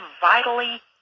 vitally